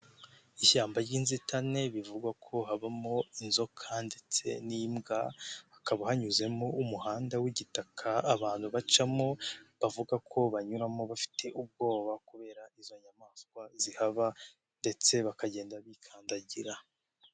Ishyamba ry'inzitane bivugwa ko habamo inzoka ndetse n'imbwa, hakaba hanyuzemo umuhanda w'igitaka abantu bacamo, bavuga ko banyuramo bafite ubwoba kubera izo nyamaswa zihaba ndetse bakagenda bikandagira.